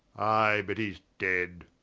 i, but he's dead.